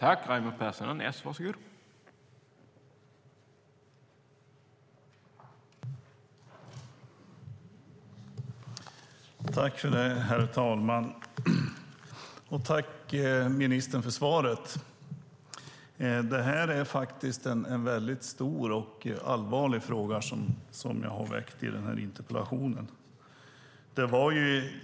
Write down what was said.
Herr talman! Jag tackar ministern för svaret. Det är en stor och allvarlig fråga som jag har väckt med denna interpellation.